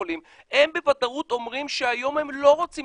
החולים הם בוודאות אומרים שהיום הם לא רוצים